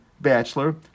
bachelor